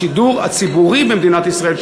השידור הציבורי במדינת ישראל,